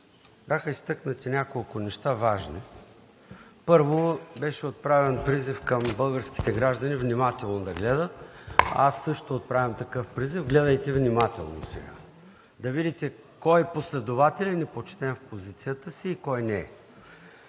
бяха изтъкнати няколко важни неща. Първо, беше отправен призив към българските граждани внимателно да гледат. Аз също отправям такъв призив: гледайте внимателно сега, да видите кой е последователен и почтен в позицията си и кой не е.